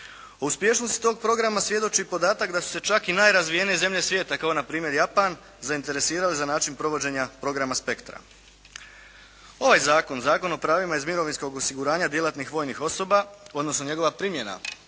Uspješnosti tog programa svjedoči i podatak da su se čak i najrazvijenije zemlje svijeta kao npr. Japan zainteresirali za način provođenja programa Spektra. Ovaj zakon, Zakon o pravima iz mirovinskog osiguranja djelatnih vojnih osoba, odnosno njegova primjena